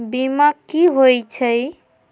बीमा कि होई छई?